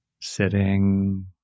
sitting